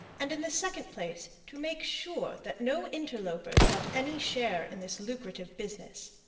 and in the second place to make sure that no interlopers got any share in this lucrative business.